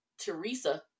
Teresa